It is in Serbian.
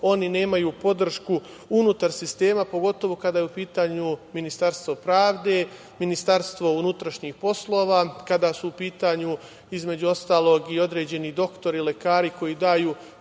oni nemaju podršku unutar sistema, pogotovo kada je u pitanju Ministarstvo pravde, Ministarstvo unutrašnjih poslova, kada su u pitanju, između ostalog, i određeni doktori, lekari koji daju